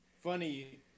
funny